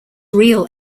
real